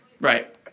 Right